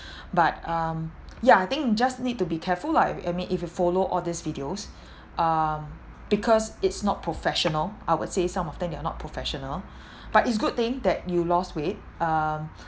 but um yeah I think just need to be careful lah if I mean if you follow all these videos um because it's not professional I would say some of them they're not professional but it's good thing that you lost weight um